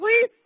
please